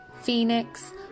Phoenix